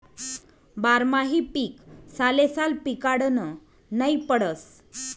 बारमाही पीक सालेसाल पिकाडनं नै पडस